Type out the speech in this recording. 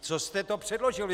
Co jste to předložil!